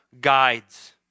guides